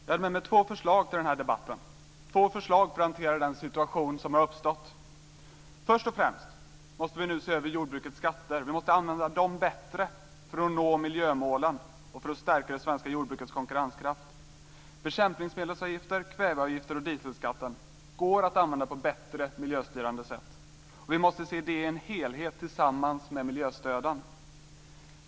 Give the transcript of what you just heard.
Fru talman! Jag hade med mig två förslag till debatten - två förslag till hur man ska hantera den situation som har uppstått. Först och främst måste vi nu se över jordbrukets skatter. Vi måste använda dem bättre för att nå miljömålen och för att stärka det svenska jordbrukets konkurrenskraft. Bekämpningsmedelsavgifter, kväveavgifter och dieselskatt går att använda på ett bättre miljöstyrande sätt. Vi måste se detta i en helhet tillsammans med miljöstöden.